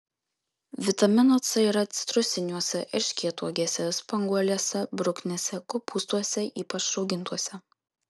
vitamino c yra citrusiniuose erškėtuogėse spanguolėse bruknėse kopūstuose ypač raugintuose